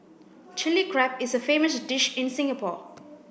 Chilli Crab is a famous dish in Singapore